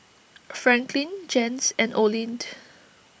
Franklin Jens and Oline